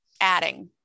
adding